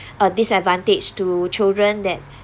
uh disadvantage to children that